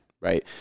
right